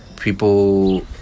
people